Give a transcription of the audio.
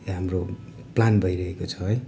हाम्रो प्लान भइरहेको छ है